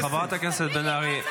חברת הכנסת בן ארי.